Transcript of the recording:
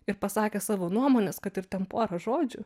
ir pasakę savo nuomonės kad ir ten porą žodžių